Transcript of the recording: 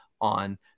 on